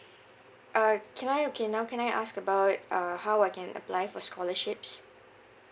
uh can I okay now can I ask about uh how I can apply for scholarships